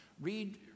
read